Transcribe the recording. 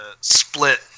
split